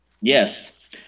Yes